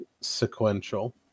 sequential